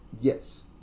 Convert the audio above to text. Yes